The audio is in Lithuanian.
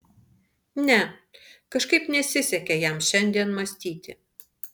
ne kažkaip nesisekė jam šiandien mąstyti